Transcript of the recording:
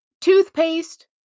Toothpaste